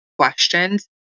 questions